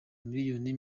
miliyoni